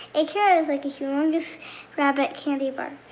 a carrot is like a humongous rabbit candy bar.